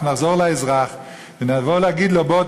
אנחנו נחזור לאזרח ונבוא להגיד לו: בוא,